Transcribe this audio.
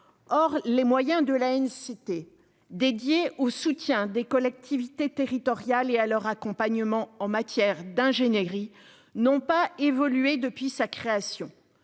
or les moyens de la haine cité dédiée au soutien des collectivités territoriales et à leur accompagnement en matière d'ingénierie n'ont pas évolué depuis sa création,